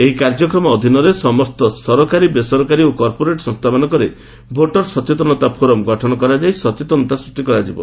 ଏହି କାର୍ଯ୍ୟକ୍ରମ ଅଧୀନରେ ସମସ୍ତ ସରକାରୀ ବେସରକାରୀ ଓ କର୍ପୋରେଟ୍ ସଂସ୍ଥାମାନଙ୍କରେ ଭୋଟର ସଚେତନତା ଫୋରମ୍ ଗଠନ କରାଯାଇ ସଚେତନତା ସୃଷ୍ ି କରାଯିବ